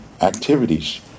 activities